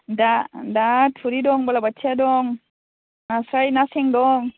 दा थुरि दं बालाबाथिया दं नास्राय ना सें दं